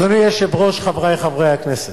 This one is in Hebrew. אדוני היושב-ראש, חברי חברי הכנסת,